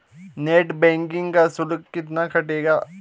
Net banking का शुल्क कितना कटेगा?